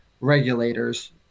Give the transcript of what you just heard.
regulators